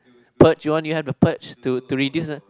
purge you want you to have the purge to reduce uh